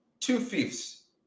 two-fifths